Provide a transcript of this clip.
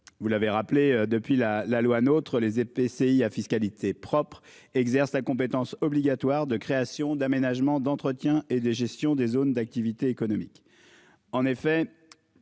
vous l'avez rappelé depuis la la loi notre les. PCI à fiscalité propre exerce sa compétence obligatoire de création d'aménagement d'entretien et de gestion des zones d'activités économiques en effet.